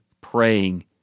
praying